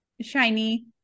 shiny